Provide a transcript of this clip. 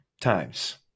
times